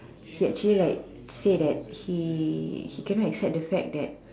he actually like said that he he can not accept the fact that